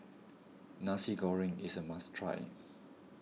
Nasi Goreng is a must try